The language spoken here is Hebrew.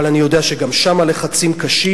אבל אני יודע שגם שם הלחצים קשים,